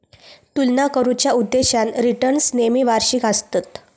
तुलना करुच्या उद्देशान रिटर्न्स नेहमी वार्षिक आसतत